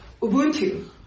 Ubuntu